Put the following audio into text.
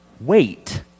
wait